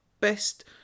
best